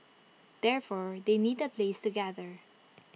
therefore they need A place to gather